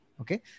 Okay